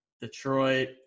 Detroit